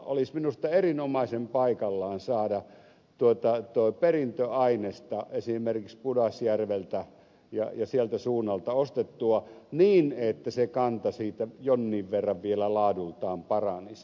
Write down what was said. olisi minusta erinomaisen paikallaan saada perintöainesta esimerkiksi pudasjärveltä ja sieltä suunnalta ostettua niin että se kanta siitä jonniin verran vielä laadultaan paranisi